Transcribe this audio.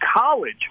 college